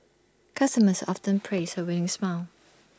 customers often praise her winning smile